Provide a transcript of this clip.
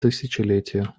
тысячелетия